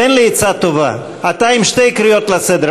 תן לי עצה טובה: אתה עם שתי קריאות לסדר,